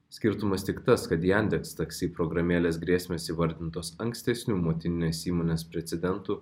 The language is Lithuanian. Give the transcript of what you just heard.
skirtumas tik tas kad jandeks taksi programėlės grėsmės įvardintos ankstesniu motininės įmonės precedentu